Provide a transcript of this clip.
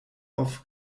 auf